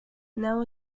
now